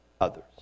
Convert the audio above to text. others